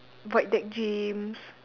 void deck gyms